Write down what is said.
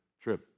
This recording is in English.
trip